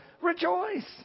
rejoice